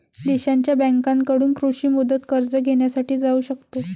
देशांच्या बँकांकडून कृषी मुदत कर्ज घेण्यासाठी जाऊ शकतो